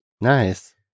Nice